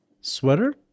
sweater